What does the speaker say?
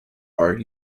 are